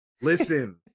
listen